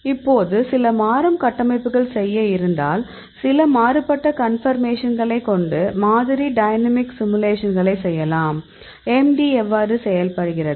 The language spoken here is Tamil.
இப்போது சில மாறும் கட்டமைப்புகள் செய்ய இருந்தால் சில மாறுபட்ட கன்பர்மேஷன்களை கொண்டு மாதிரி டைனமிக் சிமுலேஷன்களை செய்யலாம் MD எவ்வாறு செயல்படுகிறது